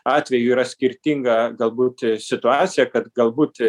atveju yra skirtinga galbūt situacija kad galbūt